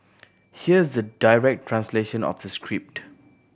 here's the direct translation of the script